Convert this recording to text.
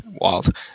wild